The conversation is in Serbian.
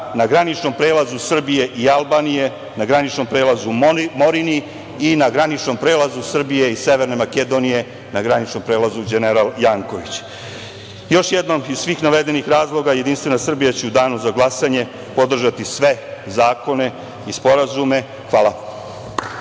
na graničnom prelazu Srbije i Albanije, na graničnom prelazu Morinu, i na graničnom prelazu Srbije i Severne Makedonije, na graničnom prelazu Đeneral Janković. Još jednom, iz svih navedenih razloga JS će u danu za glasanje podržati sve zakone i sporazume. Hvala.